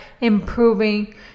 improving